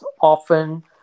often